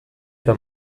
eta